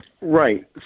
Right